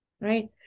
right